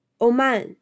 Oman